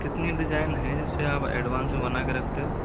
कितनी डिजाइन है जिससे आप एडवांस में बना के रखते हो